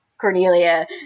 Cornelia